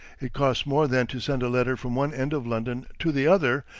it cost more then to send a letter from one end of london to the other,